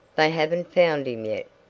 they haven't found him yet.